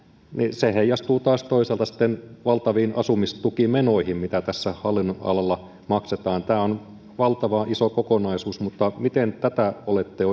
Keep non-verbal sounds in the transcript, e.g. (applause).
se heijastuu taas toisaalta sitten valtaviin asumistukimenoihin mitä tässä hallinnonalalla maksetaan tämä on valtavan iso kokonaisuus mutta miten tätä olette (unintelligible)